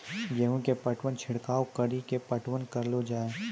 गेहूँ के पटवन छिड़काव कड़ी के पटवन करलो जाय?